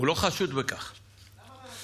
הוא לא חשוב, בבקשה.